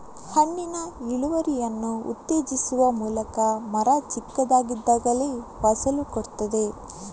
ಹಣ್ಣಿನ ಇಳುವರಿಯನ್ನು ಉತ್ತೇಜಿಸುವ ಮೂಲಕ ಮರ ಚಿಕ್ಕದಾಗಿದ್ದಾಗಲೇ ಫಸಲು ಕೊಡ್ತದೆ